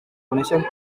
coneixen